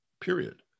period